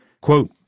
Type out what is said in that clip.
Quote